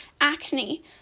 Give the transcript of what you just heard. acne